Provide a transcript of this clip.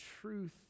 truth